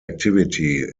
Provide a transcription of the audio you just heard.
activity